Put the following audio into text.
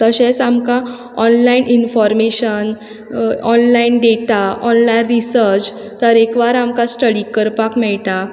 तशेंच आमकां online information online data online research तरेकवार आमकां स्टडी करपाक मेयटा